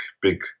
big